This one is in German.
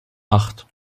acht